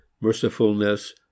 mercifulness